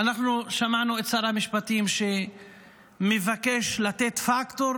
אנחנו שמענו את שר המשפטים, שמבקש לתת פקטור